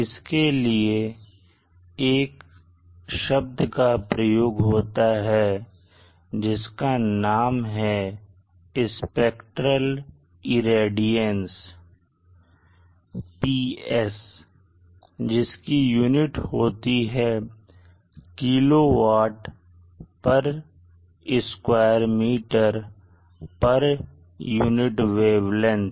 इसके लिए एक शब्द का प्रयोग होता है जिसका नाम है स्पेक्ट्रेल रेडियंस PS जिसकी यूनिट होती है kilowatt square metre unit wavelength